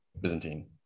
Byzantine